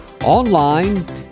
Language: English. online